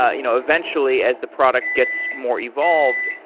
ah you know eventually, as the product gets more evolved,